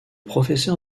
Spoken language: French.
professeur